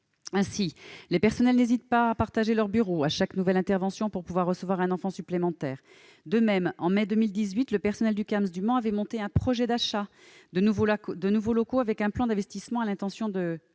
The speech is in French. Ainsi, les personnels n'hésitent pas à partager leur bureau à chaque nouvelle intervention pour pouvoir recevoir un enfant supplémentaire. De même, en mai 2018, le personnel du Camsp du Mans avait monté un projet d'achat de nouveaux locaux, avec un plan d'investissement, à l'attention de